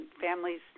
families